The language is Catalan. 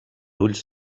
ulls